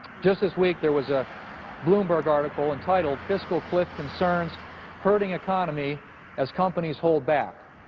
just this week there was a bloomberg article entitled fiscal cliff concerns hurting economy as companies hold back.